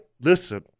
listen